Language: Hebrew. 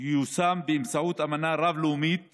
ייושם באמצעות אמנה רב-לאומית